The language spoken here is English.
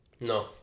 No